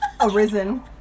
Arisen